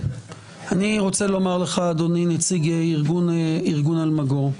אדוני נציג ארגון אלמגור,